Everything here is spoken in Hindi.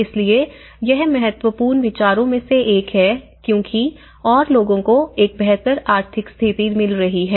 इसलिए यह महत्वपूर्ण विचारों में से एक है क्योंकि और लोगों को एक बेहतर आर्थिक स्थिति मिल रही है